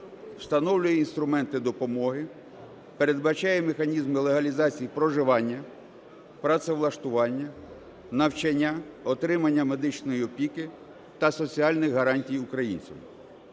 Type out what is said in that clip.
встановлює інструменти допомоги, передбачає механізми легалізації проживання, працевлаштування, навчання, отримання медичної опіки та соціальних гарантій українців.